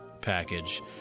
package